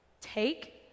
take